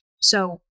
So-